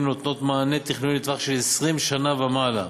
נותנות מענה תכנוני לטווח של 20 שנה ומעלה,